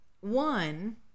one